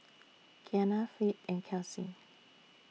Kianna Fleet and Kelsey